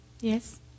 yes